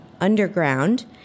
Underground